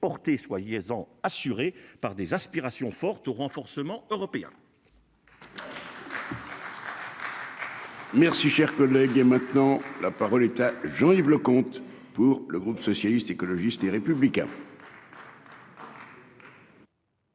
portée soit liaisons assurées par des aspirations fortes au renforcement européen. Merci, cher collègue, et maintenant la parole est à Jean-Yves Leconte pour le groupe socialiste, écologiste et républicain.